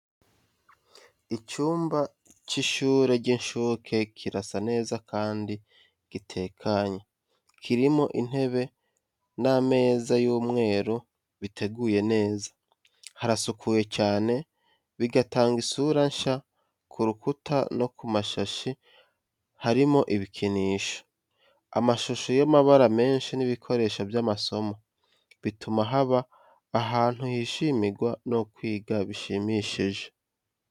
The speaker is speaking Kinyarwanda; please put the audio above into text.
Icyumba cy'ishuri ry’inshuke kirasa neza kandi gitekanye, kirimo intebe n’ameza y’umweru biteguye neza. Harasukuye cyane, bigatanga isura nshya. Ku rukuta no ku mashashi harimo ibikinisho, amashusho y’amabara menshi n’ibikoresho by’amasomo, bituma haba ahantu hishimirwa no kwiga bishimishije.